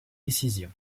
décision